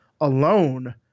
alone